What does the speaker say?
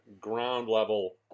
ground-level